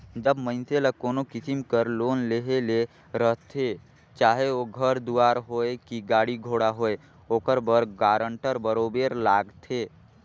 जब मइनसे ल कोनो किसिम कर लोन लेहे ले रहथे चाहे ओ घर दुवार होए कि गाड़ी घोड़ा होए ओकर बर गारंटर बरोबेर लागथे